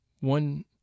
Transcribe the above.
one